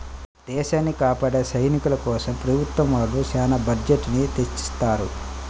దేశాన్ని కాపాడే సైనికుల కోసం ప్రభుత్వం వాళ్ళు చానా బడ్జెట్ ని తెచ్చిత్తారు